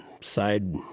side